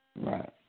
Right